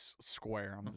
square